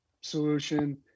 solution